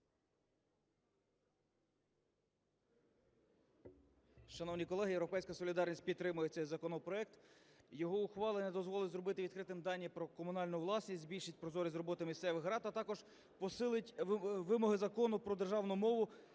Шановні колеги, "Європейська солідарність" підтримує цей законопроект. Його ухвалення дозволить зробити відкриті дані про комунальну власність, збільшить прозорість роботи місцевих рад, а також посилить вимоги Закону про державну мову